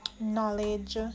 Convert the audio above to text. knowledge